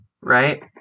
right